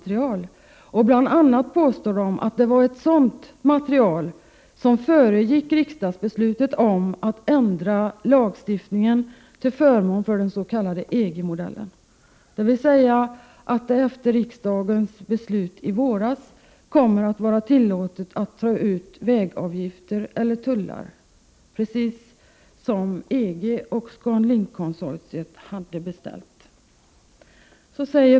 De påstår bl.a. att det var framläggandet av sådant material som föregick riksdagsbeslutet om att ändra lagstiftningen till förmån för den s.k. 103 EG-modellen, dvs. att det efter riksdagens beslut i våras kommer att vara tillåtet att ta ut vägavgifter eller tullar precis enligt vad EG och ScanLink konsortiet hade beställt.